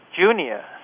junior